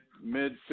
mid